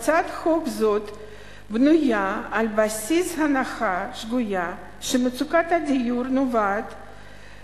הצעת חוק זו בנויה על בסיס הנחה שגויה שמצוקת הדיור נובעת